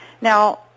Now